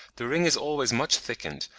the ring is always much thickened,